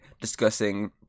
discussing